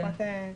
אני